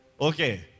okay